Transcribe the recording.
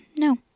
No